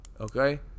Okay